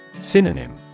Synonym